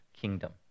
kingdom